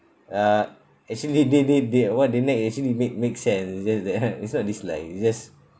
uh actually they they they what they nag actually make makes sense just that it's not dislike it's just